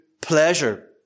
pleasure